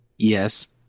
Yes